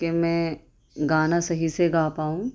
کہ میں گانا صحیح سے گا پاؤں